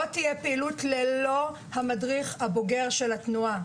לא תהיה פעילות בלי המדריך הבוגר של התנועה.